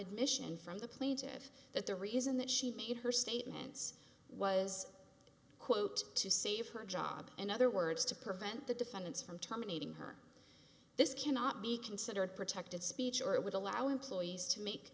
admission from the plaintive that the reason that she made her statements was quote to save her job in other words to prevent the defendants from terminating her this cannot be considered protected speech or it would allow employees to make